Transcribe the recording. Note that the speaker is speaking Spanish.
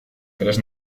tres